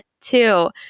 two